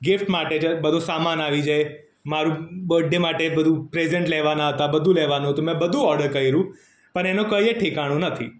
gift માટે જ્યારે બધો સામાન આવી જાય મારું બર્થ ડે માટે બધું પ્રેઝન્ટ લેવાના હતા બધું લેવાનું હતું મેં બધું ઓર્ડર કર્યું પણ એનું કંઈ ઠેકાણું નથી